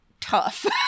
tough